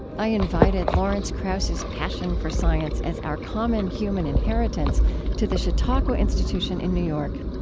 i invited lawrence krauss's passion for science as our common human inheritance to the chautauqua institution in new york.